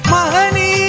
Mahani